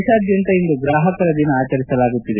ದೇಶಾದ್ದಂತ ಇಂದು ಗ್ರಾಹಕರ ದಿನ ಅಚರಿಸಲಾಗುತ್ತಿದೆ